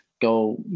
go